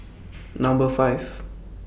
Number five